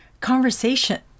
conversation